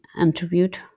interviewed